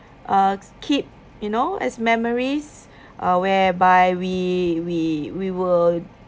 uh keep you know as memories uh whereby we we we were